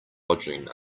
lodging